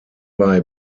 bei